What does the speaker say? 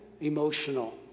emotional